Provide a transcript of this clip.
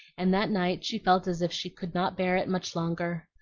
and that night she felt as if she could not bear it much longer.